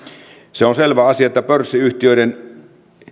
se on selvä asia että pörssiyhtiöiden